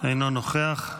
אינו נוכח.